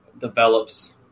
develops –